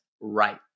right